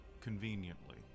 Conveniently